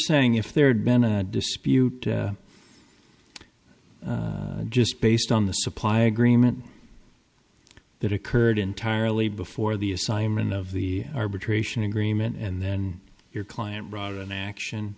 saying if there had been a dispute just based on the supply agreement that occurred entirely before the assignment of the arbitration agreement and then your client brought an action